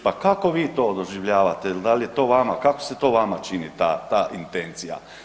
Pa kako vi to doživljavate, da li je to vama, kako se to vama čini ta intencija?